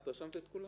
את רשמת את כולן?